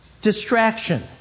Distraction